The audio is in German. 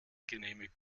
genehmigt